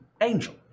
Angel